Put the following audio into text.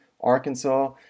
Arkansas